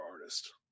Artist